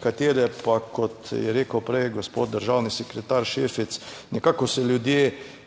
katere pa, kot je rekel prej gospod državni sekretar Šefic, nekako se ljudje